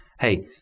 hey